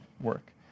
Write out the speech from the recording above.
work